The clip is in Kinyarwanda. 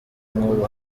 nk’ubu